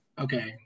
Okay